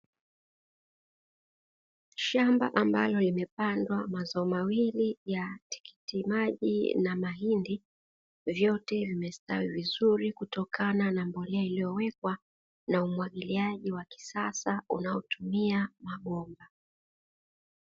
Shamba ambalo limepandwa mazao mawili ya tikitimaji na mahindi vyote vimestawi vizuri kutokana na mbolea iliyowekwa na umwagiliaji wa kisasa unaotumia mabomba.